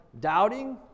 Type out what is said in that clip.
doubting